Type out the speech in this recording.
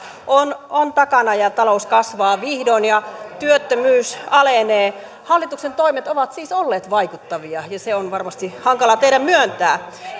on on takana ja talous kasvaa vihdoin ja työttömyys alenee hallituksen toimet ovat siis olleet vaikuttavia ja se on varmasti hankala teidän myöntää